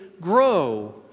grow